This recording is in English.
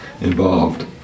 involved